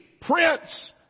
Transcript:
Prince